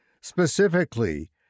specifically